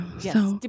Yes